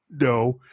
No